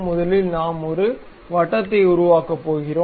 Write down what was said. முதலில் நாம் ஒரு வட்டத்தை உருவாக்கப் போகிறோம்